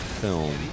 film